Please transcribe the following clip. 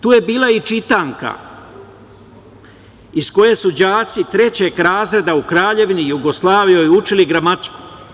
Tu je bila i čitanka iz koje su đaci trećeg razreda u Kraljevini Jugoslaviji učili gramatiku.